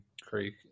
Creek